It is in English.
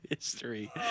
history